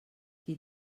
qui